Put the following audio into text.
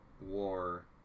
war